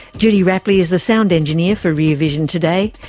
judy rapley is the sound engineer for rear vision today.